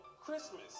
Christmas